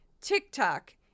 TikTok